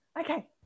Okay